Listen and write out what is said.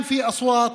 היו קולות